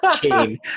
chain